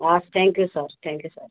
हस् thank you sir thank you sir